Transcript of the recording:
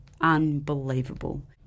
unbelievable